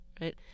Right